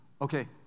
Okay